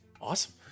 awesome